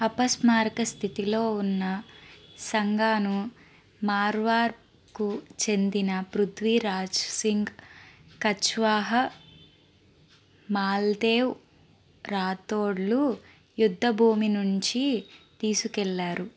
అపస్మారక స్థితిలో ఉన్న సంగాను మార్వార్కు చెందిన పృథ్వీరాజ్ సింగ్ కచ్వాహా మాల్దేవ్ రాథోడ్లు యుద్ధభూమి నుంచి తీసుకెళ్ళారు